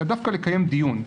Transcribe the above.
אלא דווקא לקיים דיון,